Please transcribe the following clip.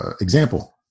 example